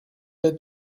êtes